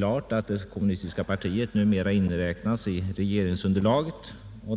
gjort att det kommunistiska partiet numera inräknas i regeringsunderlaget.